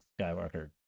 Skywalker